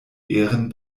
ehren